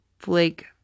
flake